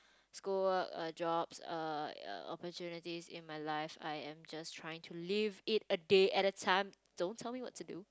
school work err jobs err opportunities in my life I am just trying to live it a day at a time don't tell me what to do